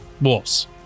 Wolves